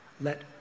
let